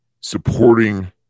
supporting